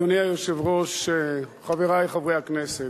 אדוני היושב-ראש, חברי חברי הכנסת,